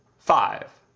five.